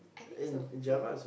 I think so yeah